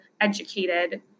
educated